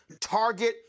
target